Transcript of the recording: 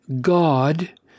God